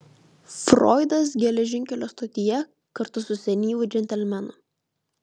froidas geležinkelio stotyje kartu su senyvu džentelmenu